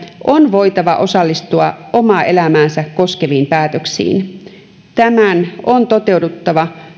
on voitava osallistua omaa elämäänsä koskeviin päätöksiin tämän on toteuduttava